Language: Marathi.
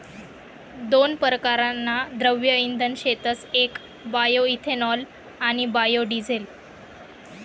दोन परकारना द्रव्य इंधन शेतस येक बायोइथेनॉल आणि बायोडिझेल